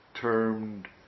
termed